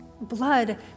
blood